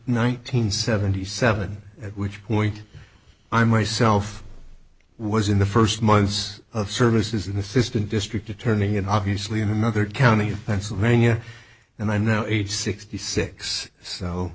hundred seventy seven at which point i myself was in the first months of services in assistant district attorney and obviously in another county pennsylvania and i'm now age sixty six so